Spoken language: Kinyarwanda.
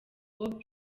oprah